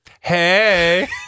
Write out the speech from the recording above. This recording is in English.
hey